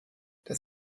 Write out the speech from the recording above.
das